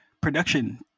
Production